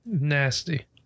Nasty